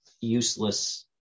useless